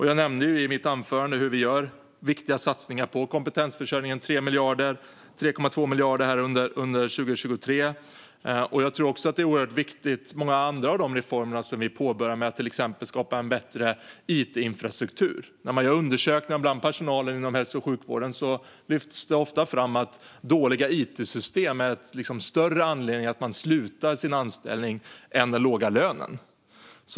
Jag nämnde i mitt anförande hur vi gör viktiga satsningar på kompetensförsörjningen: 3,2 miljarder under 2023. Jag tror att det är oerhört viktigt också med de många andra reformer som vi påbörjar, till exempel att skapa en bättre it-infrastruktur. När man gör undersökningar bland personalen inom hälso och sjukvården lyfts det ofta fram att dåliga it-system är en större anledning till att sluta sin anställning än den låga lönen.